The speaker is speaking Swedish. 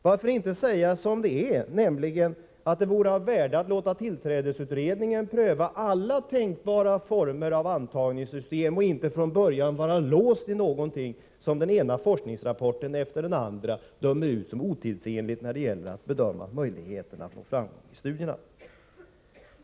Varför inte säga som det är, nämligen att det vore av värde att låta tillträdesutredningen pröva alla tänkbara former av antagningssystem och inte från början vara låst vid någonting som den ena forskningsrapporten efter den andra dömer ut som otidsenligt när det gäller att bedöma möjligheterna till framgång i studierna?